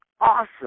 awesome